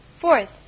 Fourth